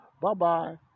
Bye-bye